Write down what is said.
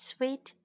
Sweet